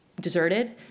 deserted